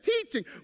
teaching